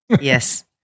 Yes